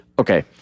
Okay